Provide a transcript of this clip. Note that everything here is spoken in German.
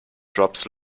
drops